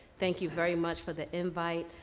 thank you very much for the invite.